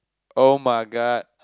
oh-my-god